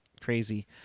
crazy